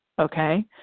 okay